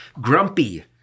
Grumpy